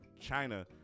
China